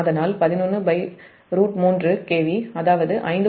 அதனால் 11√3 KV அதாவது 5